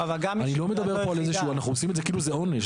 אני לא מדבר פה, אנחנו עושים את זה כאילו זה עונש.